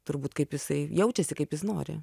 turbūt kaip jisai jaučiasi kaip jis nori